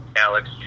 Alex